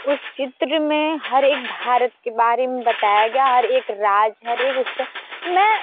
उस चित्र में हर एक भारत के बारे में बताया गया हर एक राज्य हर एक उसने मैं